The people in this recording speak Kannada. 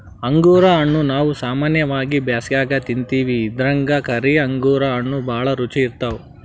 ಅಂಗುರ್ ಹಣ್ಣಾ ನಾವ್ ಸಾಮಾನ್ಯವಾಗಿ ಬ್ಯಾಸ್ಗ್ಯಾಗ ತಿಂತಿವಿ ಇದ್ರಾಗ್ ಕರಿ ಅಂಗುರ್ ಹಣ್ಣ್ ಭಾಳ್ ರುಚಿ ಇರ್ತವ್